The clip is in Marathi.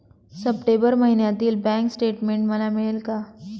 सप्टेंबर महिन्यातील बँक स्टेटमेन्ट मला मिळेल का?